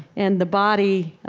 and the body